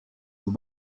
und